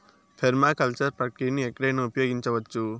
permaculture ప్రక్రియను ఎక్కడైనా ఉపయోగించవచ్చు